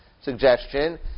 suggestion